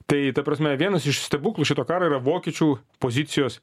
tai ta prasme vienas iš stebuklų šito karo yra vokiečių pozicijos